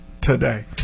today